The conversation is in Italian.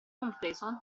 compreso